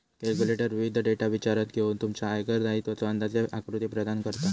calculator विविध data विचारात घेऊन तुमच्या आयकर दायित्वाचो अंदाजे आकृती प्रदान करता